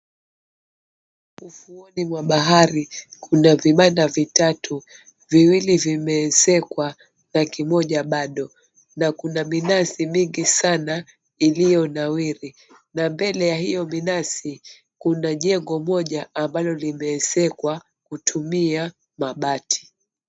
Ufuoni mwa bahari kuna vibanda vitatu viwili vimeezekwa na kimoja bado, na kuna minazi mingi sana iliyo nawiri, na mbele ya hiyo minazi kuna jengo moja ambalo limeezekwa kutumia mabati